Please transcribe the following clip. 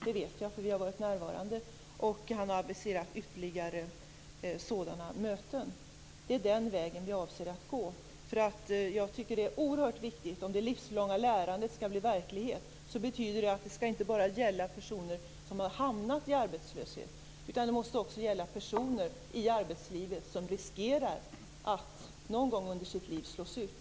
Det vet jag, för vi har varit närvarande. Han har aviserat ytterligare sådana möten. Det är den vägen vi avser att gå. Jag tycker att det är oerhört viktigt. Om det livslånga lärandet skall bli verklighet betyder det att det inte bara skall gälla personer som har hamnat i arbetslöshet. Det måste också gälla personer i arbetslivet som riskerar att någon gång under sitt liv slås ut.